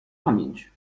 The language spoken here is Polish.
pamięć